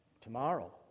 Tomorrow